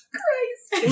Christ